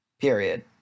Period